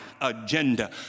agenda